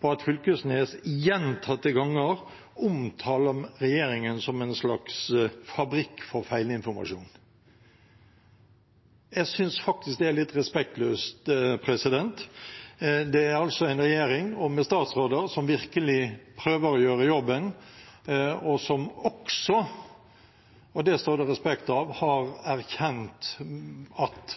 på at Knag Fylkesnes gjentatte ganger omtaler regjeringen som en slags fabrikk for feilinformasjon. Jeg synes faktisk det er litt respektløst. Det er altså en regjering med statsråder som virkelig prøver å gjøre jobben, og som også – og det står det respekt av – har erkjent at